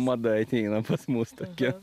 mada ateina pas mus tokia